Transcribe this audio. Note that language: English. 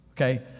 Okay